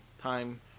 time